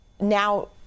now